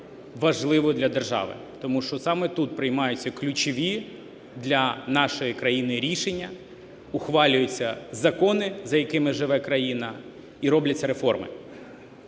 важливою для держави, тому що саме тут приймаються ключові для нашої країни рішення, ухвалюються закони, за якими живе країна, і робляться реформи.